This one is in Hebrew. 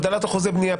הגדלת אחוזי בנייה,